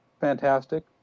fantastic